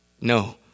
No